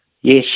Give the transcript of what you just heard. Yes